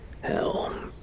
Hell